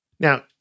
Now